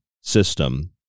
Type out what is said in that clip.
system